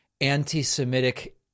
anti-Semitic